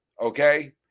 okay